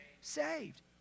saved